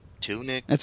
Tunic